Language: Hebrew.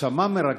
עכשיו, מה מרגש,